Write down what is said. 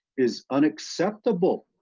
is unacceptable!